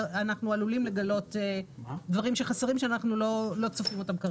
אנחנו עלולים לגלות דברים שחסרים שאנחנו כרגע לא צופים אותם.